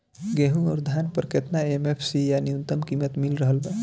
गेहूं अउर धान पर केतना एम.एफ.सी या न्यूनतम कीमत मिल रहल बा?